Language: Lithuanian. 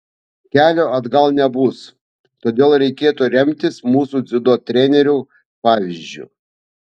kelio atgal nebus todėl reikėtų remtis mūsų dziudo trenerių pavyzdžiu